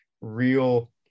real